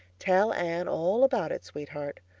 tell anne all about it, sweetheart.